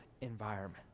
environment